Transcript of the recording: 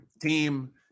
team